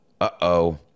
uh-oh